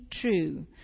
true